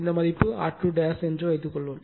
இந்த மதிப்பு R2 என்று வைத்துக்கொள்வோம்